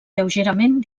lleugerament